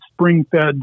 spring-fed